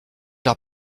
leur